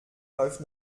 läuft